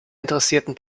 interessierten